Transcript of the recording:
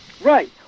Right